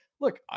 look